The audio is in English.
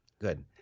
Good